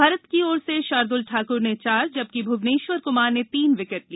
भारत की ओर से शार्दल ठाकुर ने चार जबकि भुवनेश्वर कुमार ने तीन विकेट लिए